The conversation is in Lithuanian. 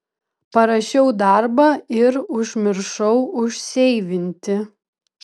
parašiau darbą ir užmiršau užseivinti